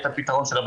אבל בגלל התקשורת הוא